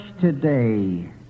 today